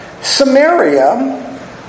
Samaria